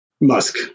musk